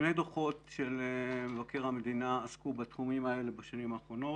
בשנים האחרונות שני דוחות של מבקר המדינה עסקו בתחומים האלה.